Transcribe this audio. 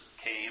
came